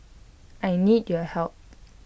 I need your help